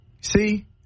See